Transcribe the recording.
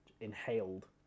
inhaled